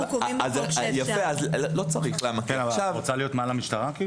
את רוצה להיות מעל המשטרה?